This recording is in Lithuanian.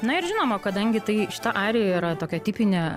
na ir žinoma kadangi tai šita arija yra tokia tipinė